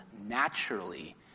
naturally